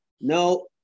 no